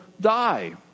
die